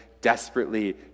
desperately